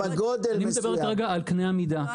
אני מדבר כרגע על קנה המידה.